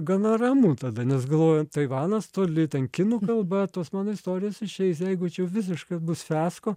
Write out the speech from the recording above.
gana ramu tada nes galvoju taivanas toli ten kinų kalba tos mano istorijos išeis jeigu čia visiškai bus fiasko